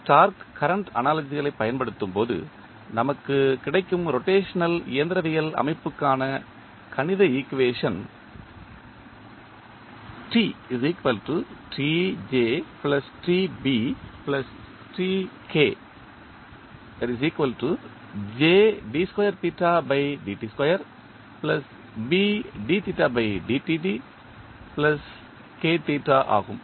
torque current அனாலஜிகளைப் பயன்படுத்தும்போது நமக்குக் கிடைக்கும் ரோடேஷனல் இயந்திரவியல் அமைப்புக்கான கணித ஈக்குவேஷன் ஆகும்